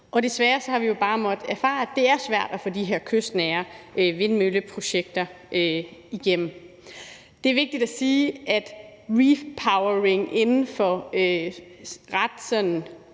Desværre har vi bare måttet erfare, at det er svært at få de her kystnære vindmølleprojekter igennem. Det er vigtigt at sige, at repowering inden for